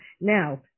Now